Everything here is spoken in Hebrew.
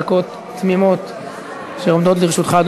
עד עשר דקות תמימות אשר עומדות לרשותך,